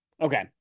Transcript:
Okay